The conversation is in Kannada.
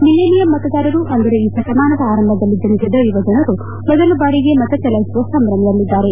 ಮಿಲೇನಿಯಂ ಮತದಾರರು ಅಂದರೆ ಈ ಶತಮಾನದ ಆರಂಭದಲ್ಲಿ ಜನಿಸಿದ ಯುವ ಜನರ ಮೊದಲ ಬಾರಿಗೆ ಮತಚಲಾಯಿಸುವ ಸಂಭ್ರಮದಲ್ಲಿದ್ದಾರೆ